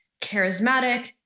charismatic